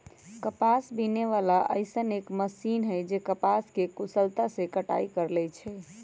कपास बीने वाला अइसन एक मशीन है जे कपास के कुशलता से कटाई कर लेई छई